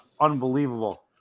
unbelievable